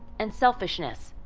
and selfishness,